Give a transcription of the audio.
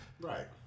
right